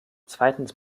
zweitens